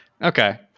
Okay